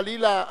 חלילה,